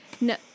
no